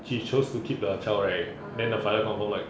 she chose to keep the child right then the father confirm like